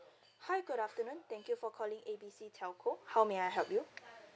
hi good afternoon thank you for calling A B C telco how may I help you